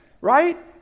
right